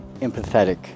empathetic